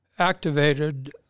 Activated